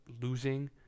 losing